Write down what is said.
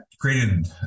created